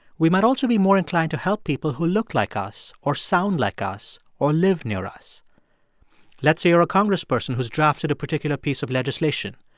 we might also be more inclined to help people who look like us or sound like us or live near us let's say you're a congressperson who's drafted a particular piece of legislation.